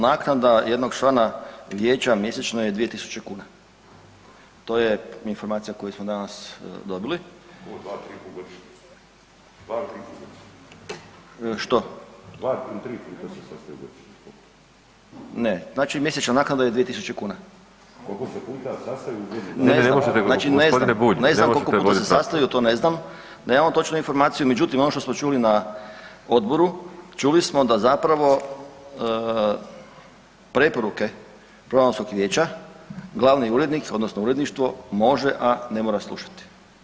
Naknada jednog člana vijeća mjesečno je 2.000 kuna, to je informacija koju smo danas dobili … [[Upadica se ne razumije.]] Što? … [[Upadica se ne razumije.]] Ne, znači mjesečna naknada je 2.000 kuna. … [[Upadica se ne razumije.]] Ne znam, ne znam koliko se puta sastaju to ne znam, nemam točnu informaciju, međutim ono što smo čuli na odboru čuli smo da zapravo preporuke Programskog vijeća glavni urednik odnosno uredništvo može, a ne mora slušati.